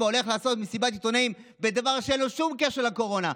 הולך לעשות מסיבת עיתונאים בדבר שאין לו שום קשר לקורונה,